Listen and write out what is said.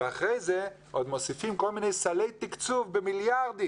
ואחרי זה עוד מוסיפים כל מיני סלי תקצוב במיליארדים,